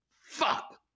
Fuck